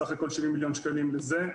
סך הכול 70 מיליון שקלים בזה.